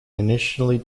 initially